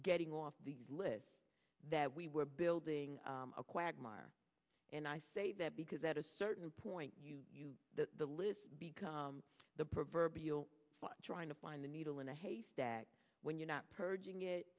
getting off the list that we were building a quagmire and i say that because that a certain point you the list become the proverbial trying to find the needle in a haystack when you're not purging it